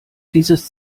dieses